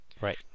Right